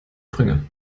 sprünge